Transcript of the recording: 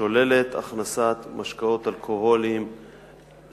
שוללת הכנסת משקאות אלכוהוליים,